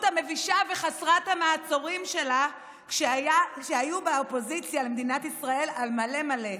המבישה וחסרת המעצורים שלהם כשהיו באופוזיציה למדינת ישראל על מלא מלא,